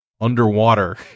underwater